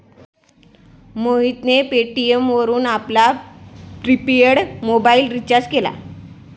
मोहितने पेटीएम वरून आपला प्रिपेड मोबाइल रिचार्ज केला